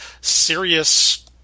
serious